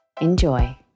Enjoy